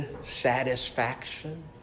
satisfaction